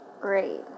Great